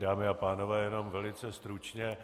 Dámy a pánové, jenom velice stručně.